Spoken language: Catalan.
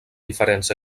diferents